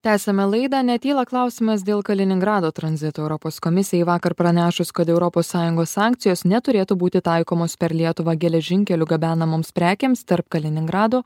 tęsiame laidą netyla klausimas dėl kaliningrado tranzito europos komisijai vakar pranešus kad europos sąjungos sankcijos neturėtų būti taikomos per lietuvą geležinkeliu gabenamoms prekėms tarp kaliningrado